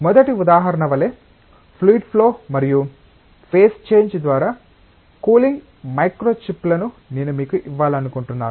మొదటి ఉదాహరణ వలె ఫ్లూయిడ్ ఫ్లో మరియు ఫేస్ చేంజ్ ద్వారా కూలింగ్ మైక్రో చిప్లను నేను మీకు ఇవ్వాలనుకుంటున్నాను